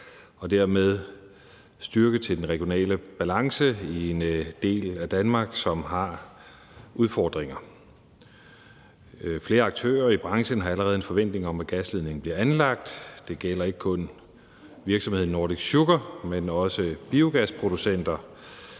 vil dermed styrke den regionale balance i en del af Danmark, som har udfordringer. Flere aktører i branchen har allerede en forventning om, at gasledningen bliver anlagt. Det gælder ikke kun virksomheden Nordic Sugar, men også biogasproducenter.